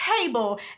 table